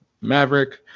Maverick